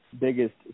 biggest